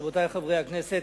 רבותי חברי הכנסת,